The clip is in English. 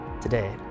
Today